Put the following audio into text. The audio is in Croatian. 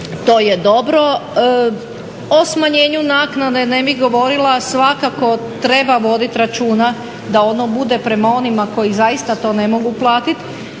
to je dobro. O smanjenju naknade ne bih govorila. Svakako treba voditi računa da ono bude prema onima koji zaista to ne mogu platiti,